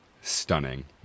stunning